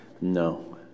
No